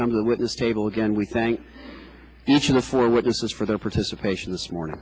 come to the witness table again we thank each of the four witnesses for their participation this mor